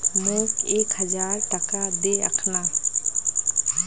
मोक एक हजार टका दे अखना